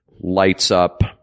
lights-up